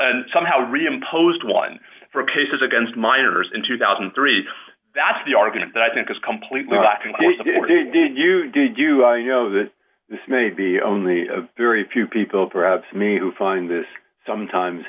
somehow reimposed one for cases against minors in two thousand and three that's the argument that i think is completely lacking but did you do you know that this may be only a very few people perhaps me who find this sometimes